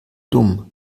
dumm